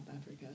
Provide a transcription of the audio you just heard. Africa